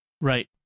Right